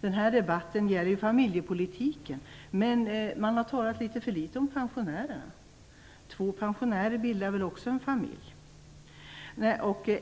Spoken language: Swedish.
Den här debatten gäller familjepolitiken, men man har talat litet för litet om pensionärerna. Två pensionärer bildar väl också en familj.